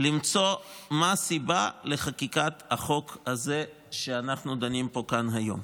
למצוא מה הסיבה לחקיקת החוק הזה שאנחנו דנים בו כאן היום: